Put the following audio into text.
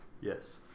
yes